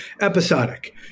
episodic